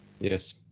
Yes